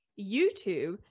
YouTube